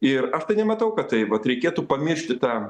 ir aš tai nematau kad tai vat reikėtų pamiršti tą